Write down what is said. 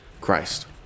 Christ